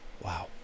Wow